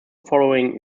following